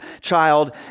child